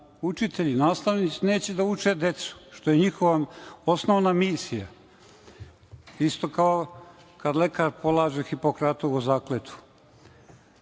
učitelji i nastavnici neće da uče decu, što je njihova osnovna misija. Isto kao kada lekar polaže Hipokratovu